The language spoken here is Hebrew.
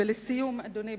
אדוני,